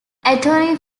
anthony